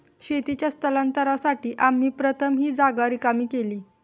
शेतीच्या स्थलांतरासाठी आम्ही प्रथम ही जागा रिकामी केली